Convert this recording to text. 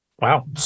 Wow